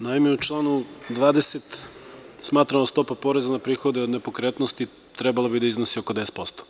Naime, u članu 20. smatrana da stopa poreza na prihode nepokretnosti trebalo bi da iznosi oko 10%